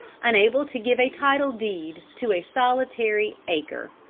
unable to give a title deed to a solitary acre.